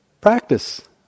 practice